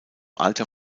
alter